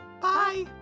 Bye